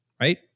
right